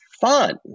fun